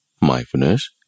mindfulness